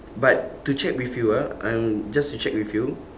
but to check with you ah um just to check with you